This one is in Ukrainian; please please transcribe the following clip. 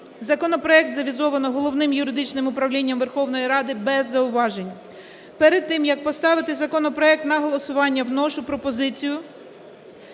Законопроект завізовано Головним юридичним управлінням Верховної Ради без зауважень. Перед тим, як поставити законопроект на голосування, вношу пропозицію,